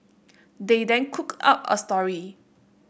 they then cooked up a story